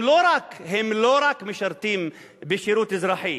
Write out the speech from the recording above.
הם לא רק משרתים שירות אזרחי